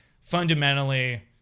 fundamentally